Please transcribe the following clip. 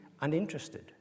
uninterested